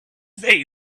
they